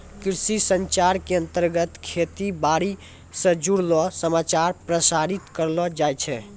कृषि संचार के अंतर्गत खेती बाड़ी स जुड़लो समाचार प्रसारित करलो जाय छै